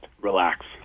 relax